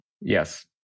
Yes